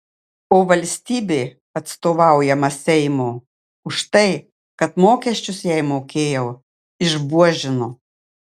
o valstybė atstovaujama seimo už tai kad mokesčius jai mokėjau išbuožino